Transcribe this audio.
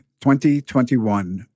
2021